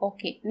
Okay